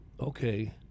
okay